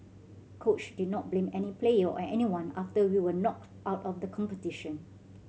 coach did not blame any player or anyone after we were knocked out of the competition